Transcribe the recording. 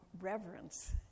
reverence